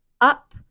up